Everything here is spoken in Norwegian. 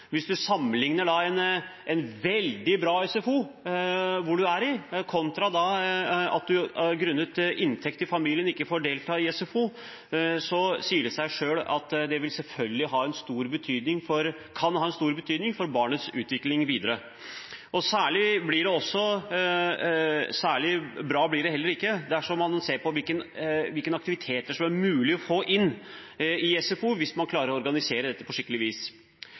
en veldig bra SFO og det at man grunnet inntekten i familien ikke kan delta i SFO, sier det seg selv at det selvfølgelig kan ha stor betydning for barnets utvikling videre. Særlig bra blir det heller ikke dersom man ser på hvilke aktiviteter som er mulig å få inn i SFO, hvis man klarer å organisere dette på skikkelig vis.